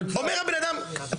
אומר הבן אדם,